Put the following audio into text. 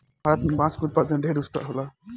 भारत में बांस के उत्पादन ढेर स्तर होला